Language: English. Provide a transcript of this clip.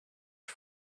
for